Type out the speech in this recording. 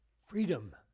freedom